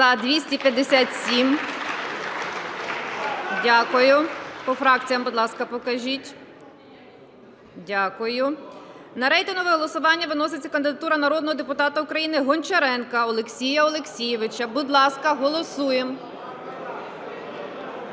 За-257 Дякую. По фракціях, будь ласка, покажіть. Дякую. На рейтингове голосування виноситься кандидатура народного депутата України Гончаренка Олексія Олексійовича. Будь ласка, голосуємо.